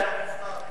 ממה אתה מופתע?